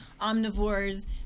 omnivores